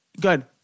good